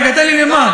רגע, תן לי לומר.